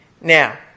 Now